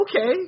okay